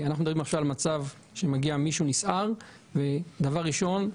אנחנו מדברים עכשיו על מצב שמגיע מישהו נסער ודבר ראשון,